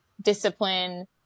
discipline